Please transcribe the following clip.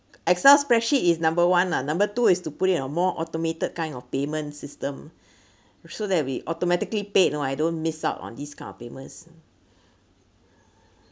excel spreadsheet is number one lah number two is to put it on more automated kind of payment system so that we automatically paid know I don't miss out on these kind of payments